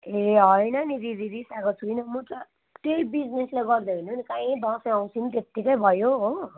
ए होइन नि दिदी रिसाएको छुइनँ म त त्यही बिजनेसले गर्दा हेर्नु नि कहीँ दसैँ औँसी पनि त्यतिकै भयो हो